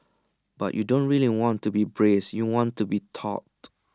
but you don't really want to be braced you want to be taut